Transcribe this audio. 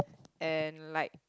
and like